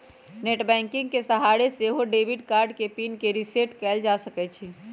net banking के सहारे से सेहो डेबिट कार्ड के पिन के रिसेट कएल जा सकै छइ